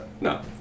No